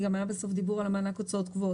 כי גם היה בסוף שיח על מענק הוצאות קבועות.